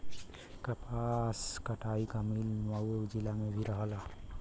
कपास कटाई क मिल मऊ जिला में भी रहल